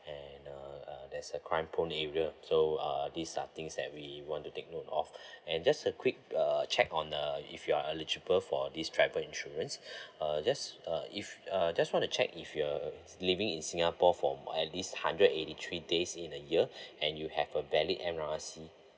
and uh uh that's a crime prone area so uh these are things that we want to take note of and just a quick uh check on uh if you are eligible for this travel insurance uh just uh if uh just want to check if you're uh living in singapore for at least hundred eighty three days in a year and you have a valid N_R_I_C